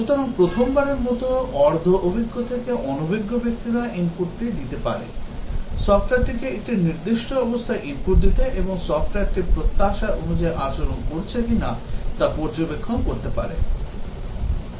সুতরাং প্রথমবারের মতো অর্ধ অভিজ্ঞ থেকে অনভিজ্ঞ ব্যক্তিরা input টি দিতে পারে সফ্টওয়্যারটিকে একটি নির্দিষ্ট অবস্থায় input দিতে এবং সফ্টওয়্যারটি প্রত্যাশা অনুযায়ী আচরণ করছে কিনা তা পর্যবেক্ষণ করতে পারে